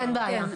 אין בעיה.